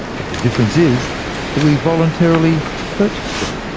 but the difference is that we voluntarily purchase them.